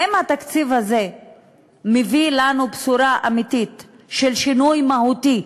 האם התקציב הזה מביא לנו בשורה אמיתית של שינוי מהותי,